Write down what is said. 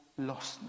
lostness